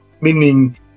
meaning